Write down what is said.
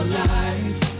life